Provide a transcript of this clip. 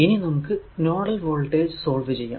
ഇനി നമുക്ക് nodal voltage solve ചെയ്യാം